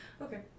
Okay